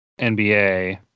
NBA